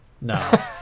No